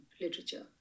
literature